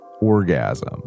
orgasm